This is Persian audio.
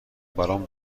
برام